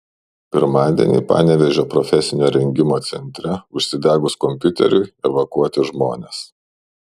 pirmadienį panevėžio profesinio rengimo centre užsidegus kompiuteriui evakuoti žmonės